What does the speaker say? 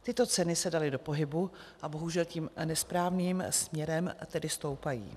Tyto ceny se daly do pohybu a bohužel tím nesprávným směrem, tedy stoupají.